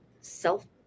self